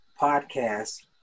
podcast